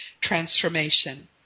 transformation